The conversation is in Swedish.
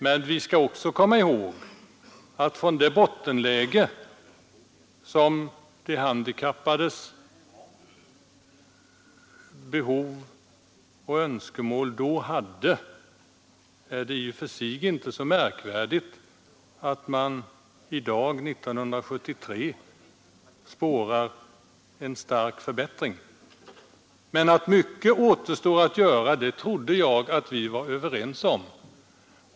Men vi skall också komma ihåg att från det bottenläge som stödet till de handikappade då befann sig i är det i och för sig inte så märkvärdigt att man i dag, 1973, kan spåra en stark förbättring. Att mycket återstår att göra trodde jag dock att vi var överens om.